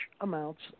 amounts